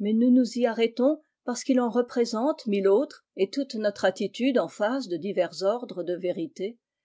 mais nous nous y arrêtons parce qu'il en représente mille autres et toute notre altitude en face de divers ordres de vérités